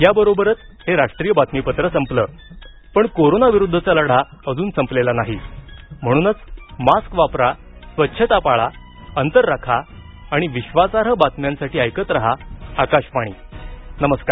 याबरोबरच हे राष्ट्रीय बातमीपत्र संपलं पण कोरोना विरुद्धचा लढा अजून संपलेला नाही म्हणूनच मास्क वापरा स्वच्छता पाळा अंतर राखा आणि विश्वासार्ह बातम्यांसाठी ऐकत रहा आकाशवाणी नमस्कार